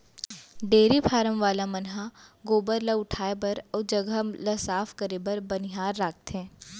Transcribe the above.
dairy farm वाला मन ह गोबर ल उठाए बर अउ जघा ल साफ करे बर बनिहार राखथें